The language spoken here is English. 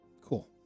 cool